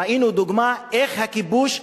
ראינו דוגמה איך הכיבוש משחית.